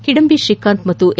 ಕೆಡಂಬಿ ಶ್ರೀಕಾಂತ್ ಮತ್ತು ಎಚ್